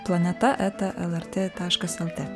planeta eta lrt taškas lt